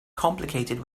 complicated